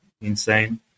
insane